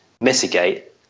mitigate